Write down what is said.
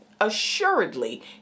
assuredly